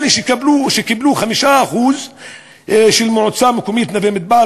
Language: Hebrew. אלה שקיבלו 5% מהמועצות המקומיות נווה-מדבר